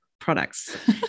Products